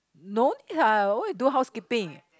no need lah why you do housekeeping